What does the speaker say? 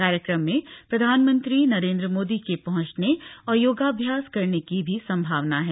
कार्यक्रम में प्रधानमंत्री नरेंद्र मोदी के पहुंचने और योगाभ्यास करने की भी सम्भवना है